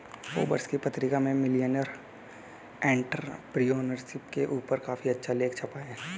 Forbes की पत्रिका में मिलेनियल एंटेरप्रेन्योरशिप के ऊपर काफी अच्छा लेख छपा है